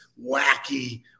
wacky